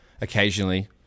occasionally